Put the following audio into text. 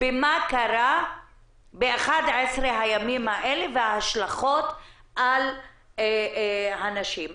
במה שקרה ב-11 הימים האלה וההשלכות על הנשים.